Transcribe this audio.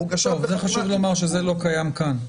מוגשות --- חשוב לומר שזה לא קיים כאן.